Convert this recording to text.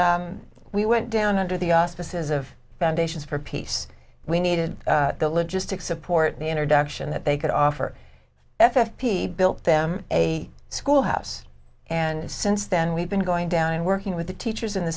and we went down under the auspices of foundations for peace we needed the logistic support the introduction that they could offer f p built them a school house and since then we've been going down and working with the teachers in the